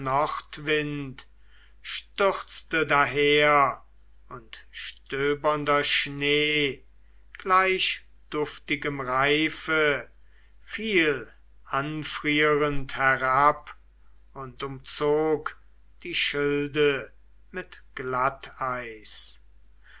stürzte daher und stöbernder schnee gleich duftigem reife fiel anfrierend herab und umzog die schilde mit